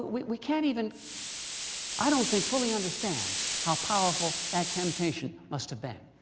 we can't even i don't think fully understand how powerful that temptation must have been.